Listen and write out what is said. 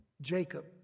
Jacob